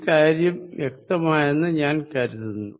ഈ കാര്യം വ്യക്തമായെന്ന് ഞാൻ കരുതുന്നു